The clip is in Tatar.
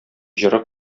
җыры